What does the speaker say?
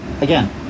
again